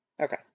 Okay